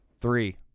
three